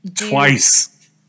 twice